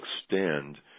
extend